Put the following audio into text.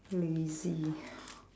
lazy